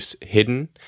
hidden